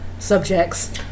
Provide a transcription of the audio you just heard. Subjects